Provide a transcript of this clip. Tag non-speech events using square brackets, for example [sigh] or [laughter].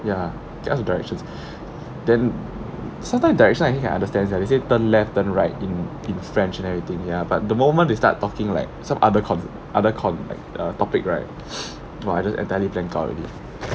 ya just directions [breath] then sometime direction I can only understand sia they say turn left and right in in french and everything yeah but the moment they start talking like some other con~ other con~ like uh topic right I just entirely blank out already